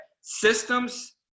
systems